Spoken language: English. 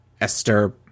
Esther